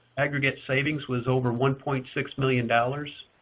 aggregate savings was over one point six million dollars.